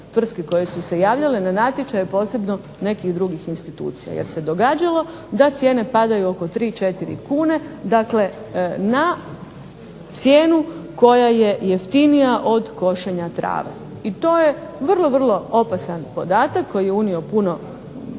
cijene koje su se javljale na natječaj, a posebno nekih drugih institucija. jer se događalo da cijene padaju oko 3, 4 kune dakle na cijenu koja je jeftinija od košenja trave. I to je vrlo opasan podatak koji je unio puno,